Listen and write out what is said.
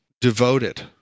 devoted